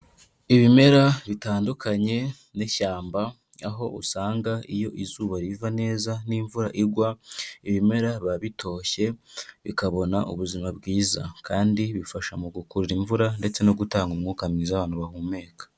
Ibimera bitandukanye n'ishyamba, aho usanga iyo izuba riva neza n'imvura igwa ibimera biba bitoshye bikabona ubuzima bwiza, kandi bifasha mu gukurura imvura ndetse no gutanga umwuka mwiza abantu bahumeka.